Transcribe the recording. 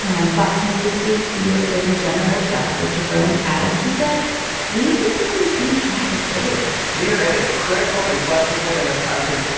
you know on fox news this week, the u s. surgeon general, dr. jerome adams he said we could be on the same track as italy we are at a critical inflection point in this country.